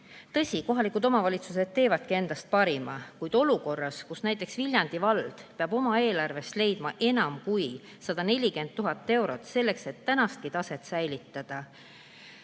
kohalikud omavalitsused annavadki endast parima, kuid olukord, kus näiteks Viljandi vald peab oma eelarvest leidma enam kui 140 000 eurot selleks, et praegustki taset säilitada,